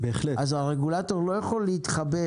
הרגולטור לא יכול להתחבא